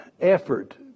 effort